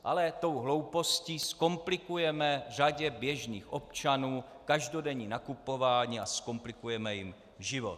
Ale tou hloupostí zkomplikujeme řadě běžných občanů každodenní nakupování a zkomplikujeme jim život.